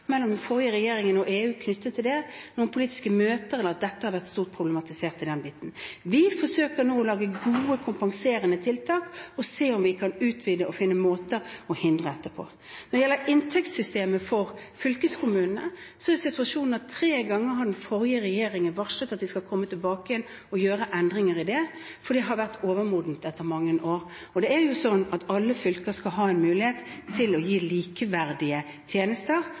mellom den forrige regjeringen og EU knyttet til dette – noen politiske møter eller at dette har vært problematisert. Vi forsøker nå å lage gode, kompenserende tiltak og se om vi kan utvide og finne måter å hindre dette på. Når det gjelder inntektssystemet for fylkeskommunene, varslet den forrige regjeringen tre ganger at den skulle komme tilbake igjen og gjøre endringer i det, for det har vært overmodent etter mange år. Det er slik at alle fylker skal ha en mulighet til å gi likeverdige tjenester,